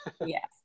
Yes